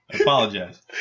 apologize